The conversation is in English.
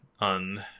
on